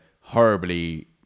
horribly